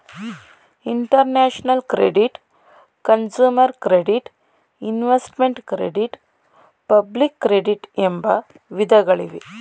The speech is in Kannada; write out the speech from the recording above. international credit, consumer credit, investment credit public credit ಎಂಬ ವಿಧಗಳಿವೆ